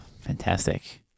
fantastic